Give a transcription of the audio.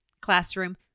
classroom